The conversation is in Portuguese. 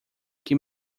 que